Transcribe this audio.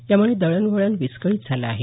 यामुळे दळणवळण विस्कळीत झालं आहे